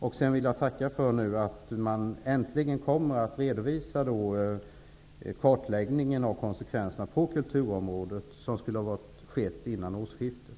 Slutligen vill jag tacka för att man nu äntligen kommer att redovisa kartläggningen av konsekvenserna på kulturområdet, något som skulle ha skett innan årsskiftet.